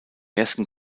ersten